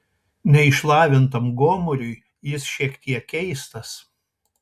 neišlavintam gomuriui jis šiek tiek keistas